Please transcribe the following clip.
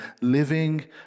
living